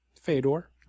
Fedor